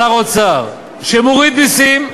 שר אוצר שמוריד מסים,